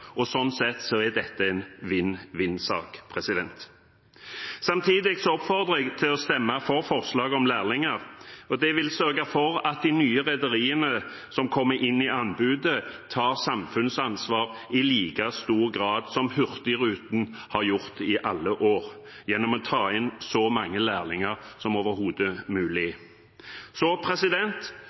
og sånn sett er dette en vinn-vinn-sak. Samtidig oppfordrer jeg til å stemme for forslaget om lærlinger. Det vil sørge for at de nye rederiene som kommer inn i anbudet, tar samfunnsansvar i like stor grad som Hurtigruten har gjort i alle år, gjennom å ta inn så mange lærlinger som overhodet mulig.